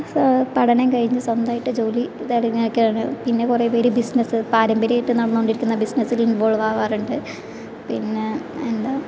പഠനം കഴിഞ്ഞ് സ്വന്തമായിട്ട് ജോലി തിരഞ്ഞു നടക്കുകയാണ് പിന്നെ കുറെ പേർ ബിസിനസ് പാരമ്പര്യമായിട്ട് നടന്നുകൊണ്ടിരിക്കുന്ന ബിസിനസ്സിൽ ഇൻവോൾവാവാറുണ്ട് പിന്നെ എന്താ